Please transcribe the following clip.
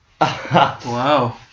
Wow